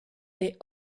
they